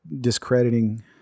discrediting